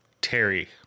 Terry